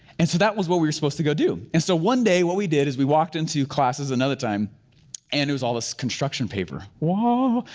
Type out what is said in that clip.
and so that was what we were supposed to go do. and so one day what we did is we walked into classes another time and it was all this construction paper. whaa, um